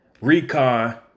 recon